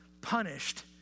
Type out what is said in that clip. punished